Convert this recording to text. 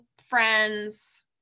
friends